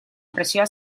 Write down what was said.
presioa